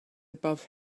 above